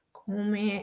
come